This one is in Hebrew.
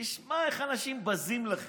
תשמע איך אנשים בזים לכם.